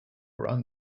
around